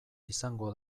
izango